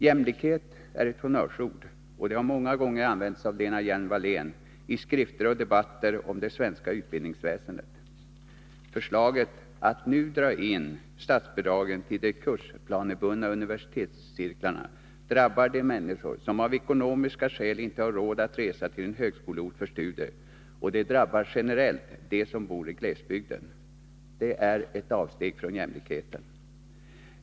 Jämlikhet är ett honnörsord, och det har många gånger använts av Lena Hjelm-Wallén i skrifter och debatter om det svenska utbildningsväsendet. Förslaget att nu dra in statsbidraget till de kursplanebundna universitetscirklarna drabbar de människor som av ekonomiska skäl inte har råd att resa till en högskoleort för studier, och det drabbar generellt dem som bor i glesbygden. Det är ett avsteg från jämlikheten.